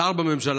שר בממשלה.